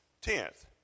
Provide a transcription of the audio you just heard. Tenth